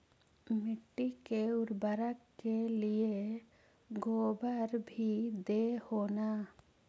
मिट्टी के उर्बरक के लिये गोबर भी दे हो न?